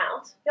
out